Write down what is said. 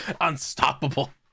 Unstoppable